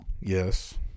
yes